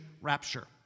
rapture